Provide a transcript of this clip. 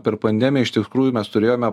per pandemiją iš tikrųjų mes turėjome